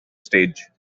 stage